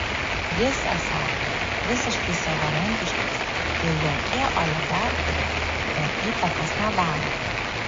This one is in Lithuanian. jis esą visiškai savarankiškas ir jokie oligarchai jam įtakos nedaro